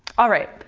alright,